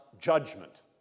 judgment